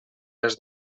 les